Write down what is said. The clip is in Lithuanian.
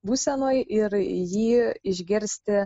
būsenoj ir jį išgirsti